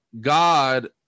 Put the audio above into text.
God